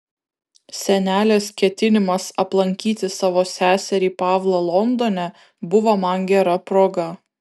senelės ketinimas aplankyti savo seserį pavlą londone buvo man gera proga